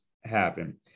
happen